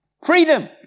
Freedom